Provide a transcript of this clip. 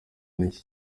n’iki